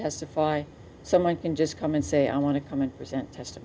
testify someone can just come and say i want to come and present test